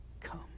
come